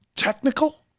Technical